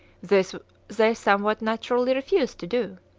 this they somewhat naturally refused to do.